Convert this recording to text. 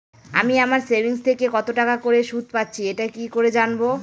আমি আমার সেভিংস থেকে কতটাকা করে সুদ পাচ্ছি এটা কি করে জানব?